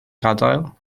gadael